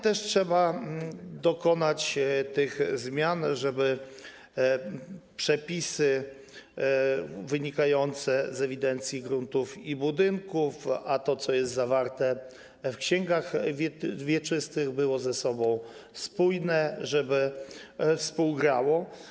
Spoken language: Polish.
Trzeba dokonać tych zmian, żeby przepisy wynikające z ewidencji gruntów i budynków i to, co jest zawarte w księgach wieczystych, były ze sobą spójne, żeby współgrały.